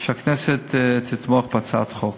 הכנסת תתמוך בהצעת החוק.